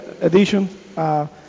edition